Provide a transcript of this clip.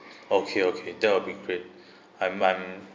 okay okay that will be great um I'm